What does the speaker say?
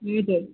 हजुर